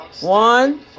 one